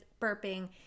burping